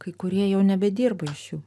kai kurie jau nebedirba iš jų